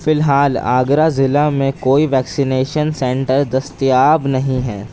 فی الحال آگرہ ضلع میں کوئی ویکسینیشن سنٹر دستیاب نہیں ہیں